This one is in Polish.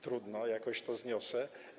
Trudno, jakoś to zniosę.